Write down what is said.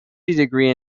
degree